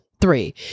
Three